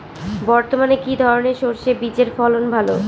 বর্তমানে কি ধরনের সরষে বীজের ফলন ভালো?